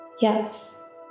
Yes